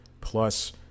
plus